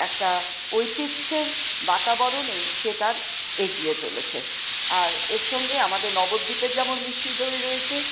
একটা ঐতিহ্যের বাতাবরণে সে তার এগিয়ে চলেছে আর এর সঙ্গে আমাদের নবদ্বীপের যেমন মিষ্টি দই রয়েছে